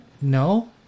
No